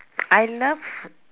I love